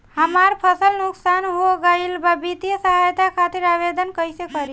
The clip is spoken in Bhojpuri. हमार फसल नुकसान हो गईल बा वित्तिय सहायता खातिर आवेदन कइसे करी?